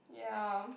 ya